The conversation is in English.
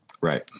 Right